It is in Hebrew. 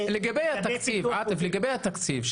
לגבי התקציב,